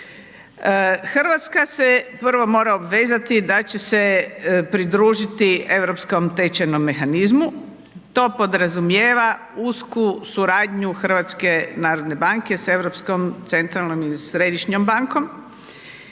RH se prvo mora obvezati da će se pridružiti Europskom tečajnom mehanizmu, to podrazumijeva usku suradnju HNB-a sa Europskom centralnom ili središnjom bankom